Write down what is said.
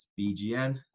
BGN